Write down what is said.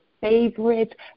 favorite